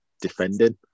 defending